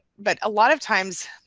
but a lot of times,